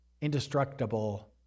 indestructible